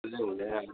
त्यस्तो हुँदैन नि